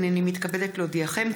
הינני מתכבדת להודיעכם,